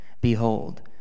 behold